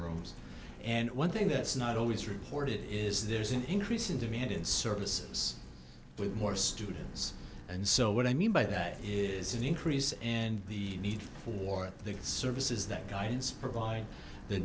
rooms and one thing that's not always reported is there's an increase in demand in services with more students and so what i mean by that is an increase and the need for the services that guidance provide the